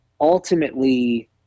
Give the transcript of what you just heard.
ultimately